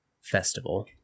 festival